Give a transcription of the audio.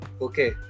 okay